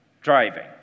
driving